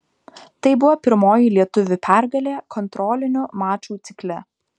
tai buvo pirmoji lietuvių pergalė kontrolinių mačų cikle